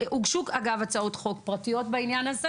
הוגשו, אגב, הצעות חוק פרטיות בעניין הזה